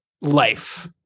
life